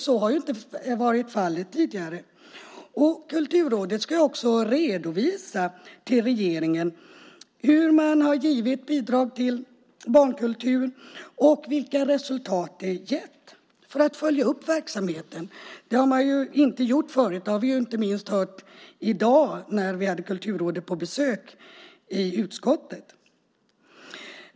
Så har inte fallet varit tidigare. Kulturrådet ska också redovisa till regeringen hur man har givit bidrag till barnkultur och vilka resultat det gett, detta för att följa upp verksamheten. Det har man inte gjort förut; det har vi inte minst hört i dag när vi haft Kulturrådet på besök i utskottet.